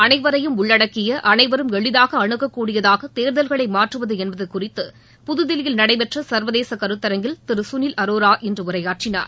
அனைவரையும் உள்ளடக்கிய அனைவரும் எளிதாக அணுகக் கூடியதாக தேர்தல்களை மாற்றுவது என்பது குறித்து புதுதில்லியில் நடைபெற்ற சா்வதேச கருத்தரங்கில் திரு களில் அரோரா இன்று உரையாற்றினார்